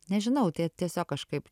nežinau tai tiesiog kažkaip